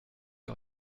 que